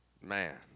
Man